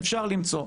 אפשר למצוא.